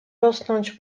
rosnąć